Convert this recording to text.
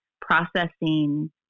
Processing